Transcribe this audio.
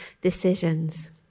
decisions